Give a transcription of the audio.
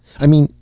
i mean,